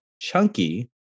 chunky